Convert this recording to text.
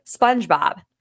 Spongebob